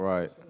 Right